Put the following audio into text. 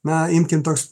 na imkim toks